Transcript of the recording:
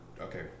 okay